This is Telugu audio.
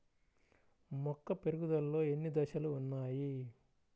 మొక్క పెరుగుదలలో ఎన్ని దశలు వున్నాయి?